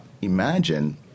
imagine